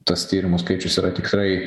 tas tyrimų skaičius yra tikrai